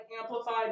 amplified